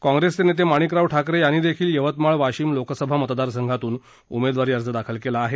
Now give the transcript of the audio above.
काँप्रेस नेते माणिकराव ठाकरे यांनी देखील यवतमाळ वाशिम लोकसभा मतदारसंघातून उमेदवारी अर्ज दाखल केला केले आहे